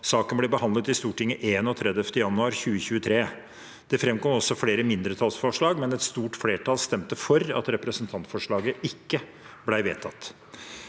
Saken ble behandlet i Stortinget 31. januar 2023. Det framkom også flere mindretallsforslag, men et stort flertall stemte for at representantforslaget ikke ble vedtatt.